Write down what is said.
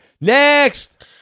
Next